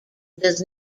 does